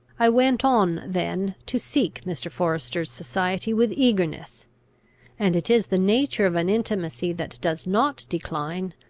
i went on, then, to seek mr. forester's society with eagerness and it is the nature of an intimacy that does not decline,